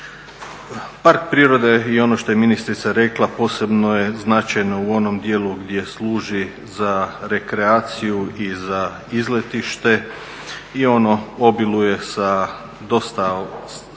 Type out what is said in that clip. Park prirode i ono što je ministrica rekla posebno je značajno u onom dijelu gdje služi za rekreaciju i za izletište i ono obiluje sa dosta staza